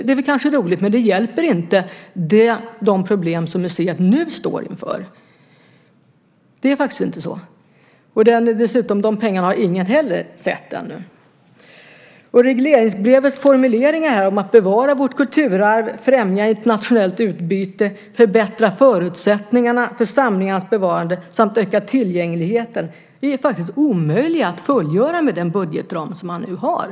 Det är kanske roligt, men det hjälper inte när det gäller de problem som museet nu står inför. Det gör faktiskt inte det. Dessutom har ingen sett de pengarna ännu. Sedan gäller det regleringsbrevets formuleringar. Man ska bevara vårt kulturarv, främja internationellt utbyte, förbättra förutsättningarna för samlingarnas bevarande samt öka tillgängligheten. Detta är faktiskt omöjligt att fullgöra med den budgetram som man nu har.